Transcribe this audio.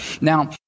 Now